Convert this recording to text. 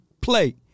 play